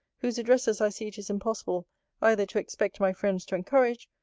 whose addresses i see it is impossible either to expect my friends to encourage,